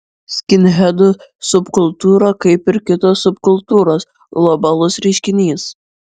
skinhedų subkultūra kaip ir kitos subkultūros globalus reiškinys